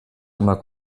immer